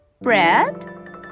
Bread